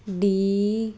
D